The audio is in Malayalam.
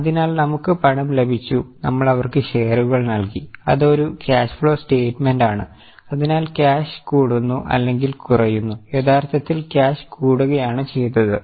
അതിനാൽ നമുക്ക് പണം ലഭിച്ചു നമ്മൾ അവർക്ക് ഷെയറുകൾ നൽകി അത് ഒരു ക്യാഷ് ഫ്ലോ സ്റ്റയ്റ്റ്മെന്റ് ആണ് അതിനാൽ ക്യാഷ് കൂടുന്നു അല്ലെങ്കിൽ കുറയുന്നു യഥാർത്ഥത്തിൽ ക്യാഷ് കൂടുകയാണ് ചെയ്തത്